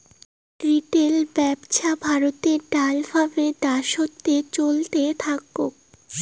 retail ব্যপছা ভারতে ভাল ভাবে দ্যাশোতে চলতে থাকং